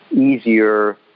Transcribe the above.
easier